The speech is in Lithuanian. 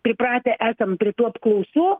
pripratę esam prie tų apklausų